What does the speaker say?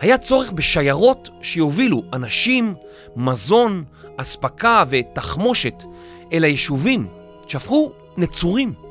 היה צורך בשיירות שיובילו אנשים, מזון, אספקה ותחמושת אל היישובים שהפכו נצורים.